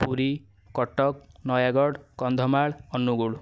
Puri Cuttack Nayagarh Kandhamal Angul